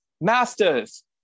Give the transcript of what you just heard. Masters